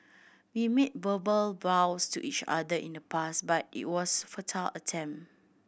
we made verbal vows to each other in the past but it was futile attempt